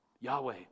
Yahweh